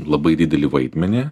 labai didelį vaidmenį